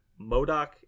Modok